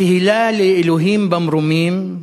התהילה לאלוהים במרומים,